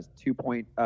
two-point